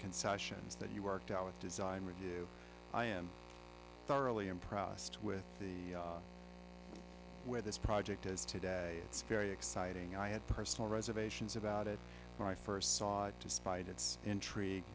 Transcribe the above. concessions that you worked out with design review i am really impressed with the where this project is today it's very exciting i had personal reservations about it when i first saw it despite its intrigu